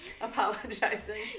apologizing